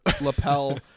lapel